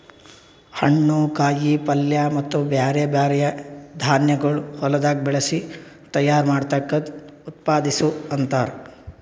ಹಣ್ಣು, ಕಾಯಿ ಪಲ್ಯ ಮತ್ತ ಬ್ಯಾರೆ ಬ್ಯಾರೆ ಧಾನ್ಯಗೊಳ್ ಹೊಲದಾಗ್ ಬೆಳಸಿ ತೈಯಾರ್ ಮಾಡ್ದಕ್ ಉತ್ಪಾದಿಸು ಅಂತಾರ್